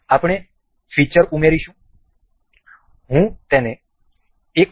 આપણે ફિચર ઉમેરીશું હું તેને 1